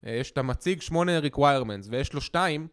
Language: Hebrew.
שאתה מציג שמונה requirements ויש לו שתיים